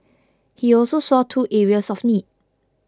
he also saw two areas of need